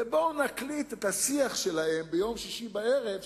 ובואו נקליט את השיח שלהם ביום שישי בערב,